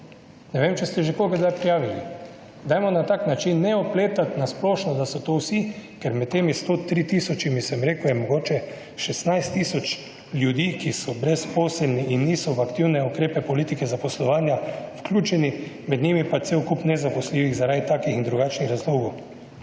Ne vem, če ste že koga kdaj prijavili. Dajmo na tak način, ne opletati na splošno, da so to vis, ker med temi 103 tisočimi, sem rekel, je mogoče 16 tisoč ljudi, ki so brezposelni in niso v aktivne ukrepe politike zaposlovanja vključeni, med njimi je pa cel kup nezaposljivih zaradi takih in drugačnih razlogov.